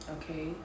okay